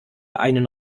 einen